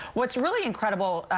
what's really incredible,